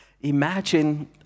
imagine